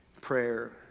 prayer